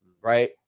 right